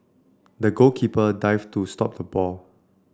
the goalkeeper dived to stop the ball